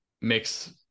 makes